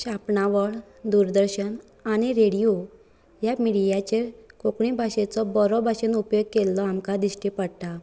छापणावळ दुरदर्शन आनी रेडिओ हे मिडियाचेर कोंकणी भाशेचो बरो बशेन उपेग केल्लो आमकां दिश्टी पडटा